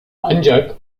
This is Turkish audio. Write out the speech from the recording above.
ancak